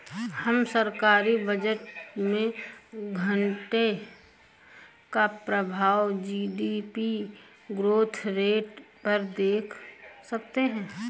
हम सरकारी बजट में घाटे का प्रभाव जी.डी.पी ग्रोथ रेट पर देख सकते हैं